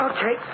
Okay